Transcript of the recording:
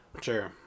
Sure